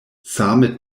same